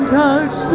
touch